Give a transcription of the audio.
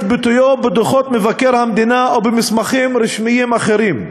ביטויו בדוחות מבקר המדינה ובמסמכים רשמיים אחרים.